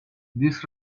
this